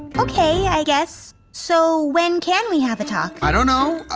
okay, i guess. so when can we have a talk? i don't know.